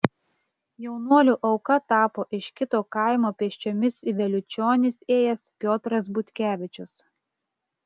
jaunuolių auka tapo iš kito kaimo pėsčiomis į vėliučionis ėjęs piotras butkevičius